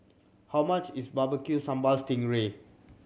how much is Barbecue Sambal sting ray